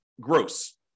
gross